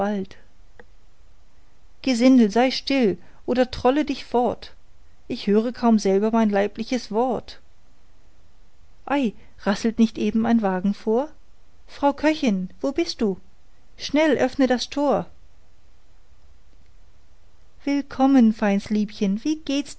gesindel sei still oder trolle dich fort ich höre kaum selber mein leibliches wort ei rasselt nicht eben ein wagen vor frau köchin wo bist du schnell öffne das tor willkommen feins liebchen wie geht's